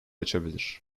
açabilir